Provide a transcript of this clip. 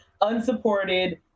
unsupported